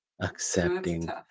accepting